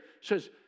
says